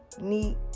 neat